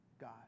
God